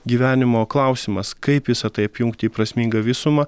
gyvenimo klausimas kaip visa tai apjungti į prasmingą visumą